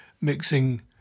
mixing